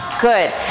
Good